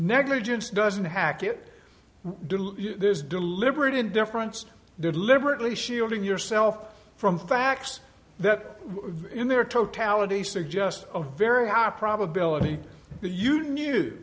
negligence doesn't hack it this deliberate indifference deliberately shielding yourself from facts that in their totality suggest a very high probability that you knew